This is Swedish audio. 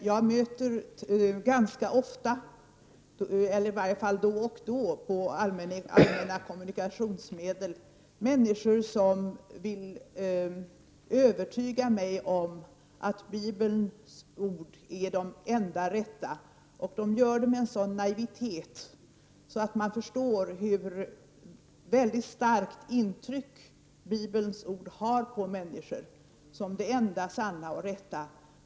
Jag möter dock ganska ofta — eller i alla fall då och då — på allmänna kommunikationsmedel människor som vill övertyga mig om att Bibelns ord är de enda rätta. De gör det med en sådan naivitet att man förstår hur väldigt starkt intryck Bibelns ord har på människor som det enda sanna och rätta.